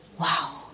wow